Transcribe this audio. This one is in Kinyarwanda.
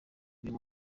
uyu